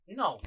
no